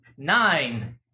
Nine